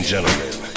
gentlemen